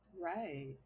Right